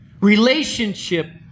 relationship